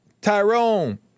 Tyrone